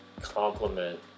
complement